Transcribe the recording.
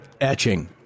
etching